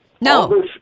No